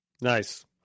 Nice